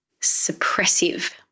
suppressive